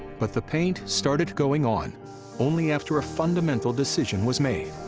but the paint started going on only after a fundamental decision was made.